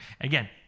Again